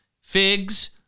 figs